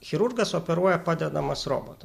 chirurgas operuoja padedamas roboto